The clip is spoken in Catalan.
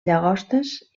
llagostes